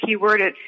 keyworded